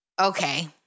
Okay